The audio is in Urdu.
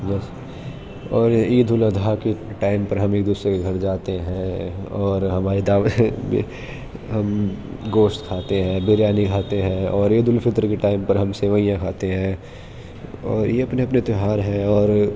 بس اور عید الاضحیٰ کے ٹائم پر ہم ایک دوسرے کے گھر جاتے ہیں اور ہماری دعوتیں ہم گوشت کھاتے ہیں بریانی کھاتے ہیں اور عید الفطر کے ٹائم پر ہم سویاں کھاتے ہیں اور یہ ااپنے اپنے تیواہر ہیں اور